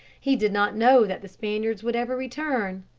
he did not know that the spaniards would ever return.